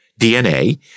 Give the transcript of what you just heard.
DNA